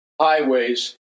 highways